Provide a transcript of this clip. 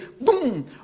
boom